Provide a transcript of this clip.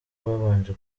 babanje